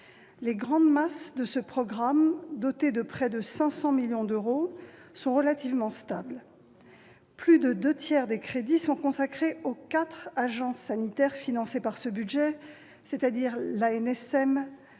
Les grandes masses de ce programme, doté de près de 500 millions d'euros, sont relativement stables. Plus des deux tiers des crédits sont consacrés aux quatre agences sanitaires financées par ce budget, c'est-à-dire l'Agence